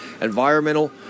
environmental